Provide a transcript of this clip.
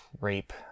rape